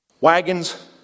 wagons